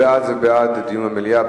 ובעד זה בעד דיון במליאה,